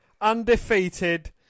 undefeated